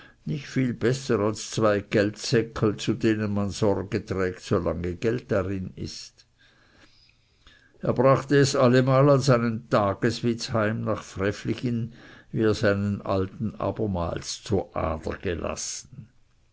nicht viel besser als zwei geldseckel zu denen man sorge trägt solange geld darin ist er brachte es allemal als einen tageswitz heim nach frevligen wie er seinen alten abermals zu ader gelassen